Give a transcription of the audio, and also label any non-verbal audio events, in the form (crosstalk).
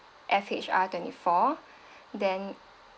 F_H_R twenty four (breath) then